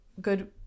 good